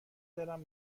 دلم